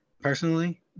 personally